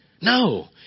No